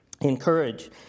encourage